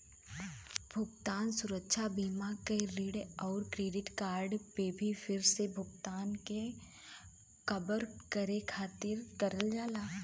भुगतान सुरक्षा बीमा के ऋण आउर क्रेडिट कार्ड पे फिर से भुगतान के कवर करे खातिर करल जाला